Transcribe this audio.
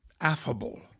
affable